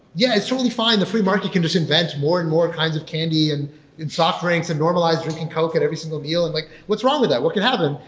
yeah, it's totally fine. the free market can just invent more and more kinds of candy and soft drinks and normalize drinking coke in every single meal. and like what's wrong with that? what can happen?